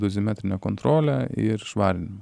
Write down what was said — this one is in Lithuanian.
dozimetrinę kontrolę ir švarinimą